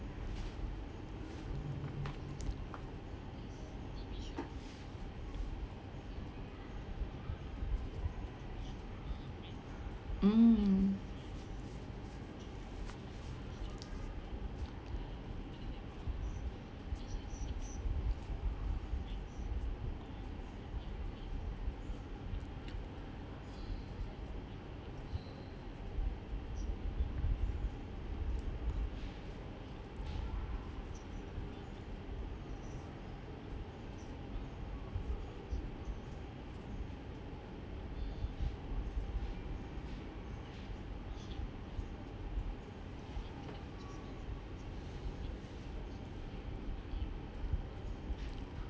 mm